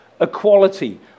equality